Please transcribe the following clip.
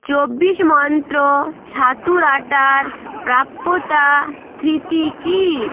চব্বিশ মন্ত্র ছাতুর আটার প্রাপ্যতা স্থিতি কী